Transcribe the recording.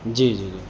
جی جی جی